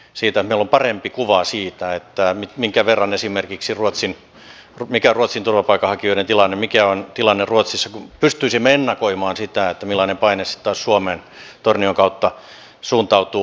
meillä on parempi kuva siitä mikä on ruotsin turvapaikanhakijoiden tilanne mikä on tilanne ruotsissa jotta pystyisimme ennakoimaan sitä millainen paine sitten taas suomeen tornion kautta suuntautuu